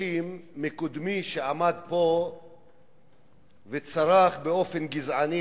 מתרגשים מקודמי שעמד פה וצרח באופן גזעני,